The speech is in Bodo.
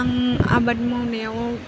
आं आबाद मावनायाव